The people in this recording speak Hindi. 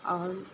और